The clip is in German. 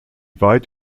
weit